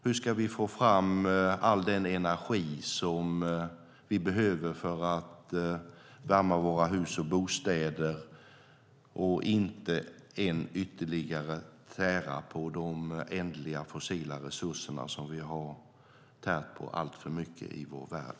Hur ska vi få fram all den energi som vi behöver för att värma våra hus och bostäder och inte ytterligare tära på de ändliga fossila resurser som vi har tärt alltför mycket på i vår värld.